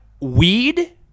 Weed